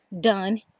done